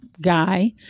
guy